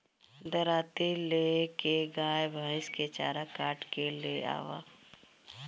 दराँती ले के गाय भईस के चारा काट के ले आवअ